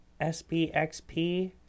SPXP